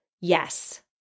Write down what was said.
yes